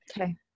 Okay